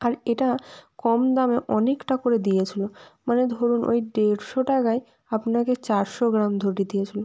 আর এটা কম দামে অনেকটা করে দিয়েছিল মানে ধরুন ওই ডেড়শো টাকায় আপনাকে চারশো গ্রাম ধরিয়ে দিয়েছিল